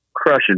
crushing